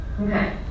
Okay